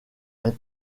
est